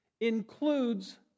includes